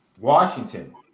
Washington